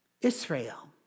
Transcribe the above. Israel